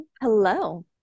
hello